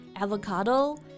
avocado